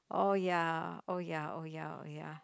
oh ya oh ya oh ya oh ya